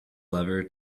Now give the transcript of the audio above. lever